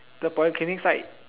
the polyclinic side